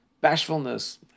bashfulness